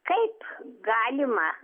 kaip galima